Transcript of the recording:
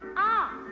ah!